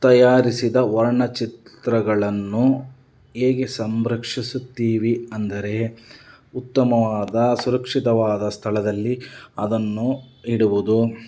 ತಯಾರಿಸಿದ ವರ್ಣಚಿತ್ರಗಳನ್ನು ಹೇಗೆ ಸಂರಕ್ಷಿಸುತ್ತೀವಿ ಅಂದರೆ ಉತ್ತಮವಾದ ಸುರಕ್ಷಿತವಾದ ಸ್ಥಳದಲ್ಲಿ ಅದನ್ನು ಇಡುವುದು